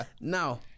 Now